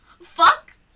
Fuck